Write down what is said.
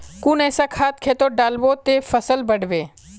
कुन ऐसा खाद खेतोत डालबो ते फसल बढ़बे?